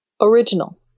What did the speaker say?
original